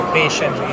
patient